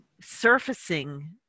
surfacing